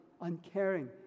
uncaring